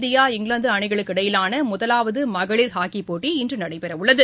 India England அணிகளுக்கு இடையிலான முதலாவது மகளிர் ஹாக்கி போட்டி இன்று நடைபெறவுள்ளது